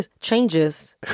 changes